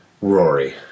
Rory